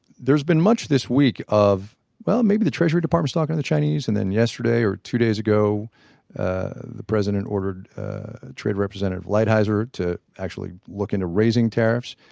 there's been much this week of well maybe the treasury department talking to the chinese and then yesterday or two days ago the president ordered trade representative lighthizer to actually look into raising tariffs.